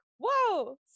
whoa